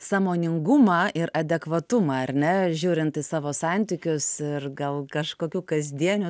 sąmoningumą ir adekvatumą ar ne žiūrint į savo santykius ir gal kažkokių kasdienių